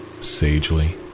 sagely